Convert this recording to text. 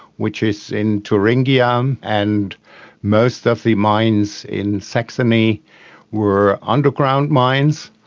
which is in thuringia, um and most of the mines in saxony were underground mines,